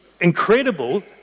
incredible